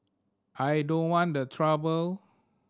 I don't want the trouble